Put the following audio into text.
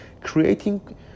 creating